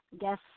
guess